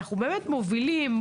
ואנחנו באמת מובילים,